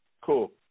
Cool